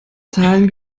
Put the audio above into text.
zahlen